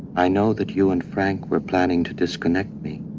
i know that you and frank were planning to disconnect me.